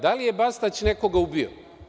Da li je Bastać nekog ubio?